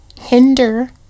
hinder